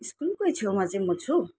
स्कुलकै छेउमै चाहिँ म छु